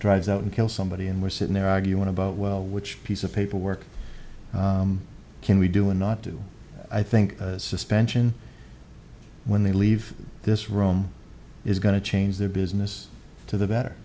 drives out and kill somebody and we're sitting there arguing about well which piece of paperwork can we do and not do i think the suspension when they leave this room is going to change their business to the better